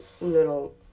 little